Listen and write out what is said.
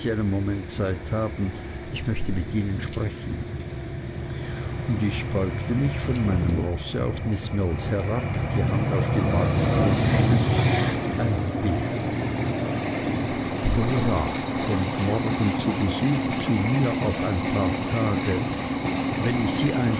moment zeit haben ich möchte mit ihnen sprechen und ich beugte mich von meinem rosse auf miß mills herab die hand auf die wagentür gestützt ein bild dora kommt morgen zu besuch zu mir auf ein paar tage wenn ich sie